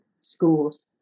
schools